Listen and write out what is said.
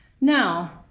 Now